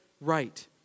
right